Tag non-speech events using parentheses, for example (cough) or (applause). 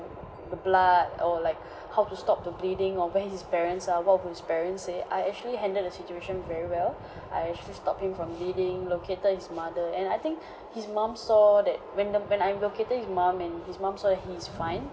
the blood or like (breath) how to stop the bleeding or where his parents are what would his parents say I actually handled the situation very well (breath) I actually stopped him from bleeding located his mother and I think (breath) his mum saw that when the when I'm located his mum and his mum saw that he is fine